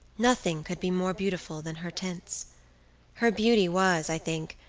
nothing could be more beautiful than her tints her beauty was, i think,